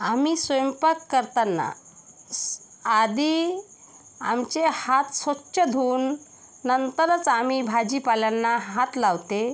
आम्ही स्वयंपाक करताना आधी आमचे हात स्वच्छ धुवून नंतरच आम्ही भाजीपाल्यांना हात लावते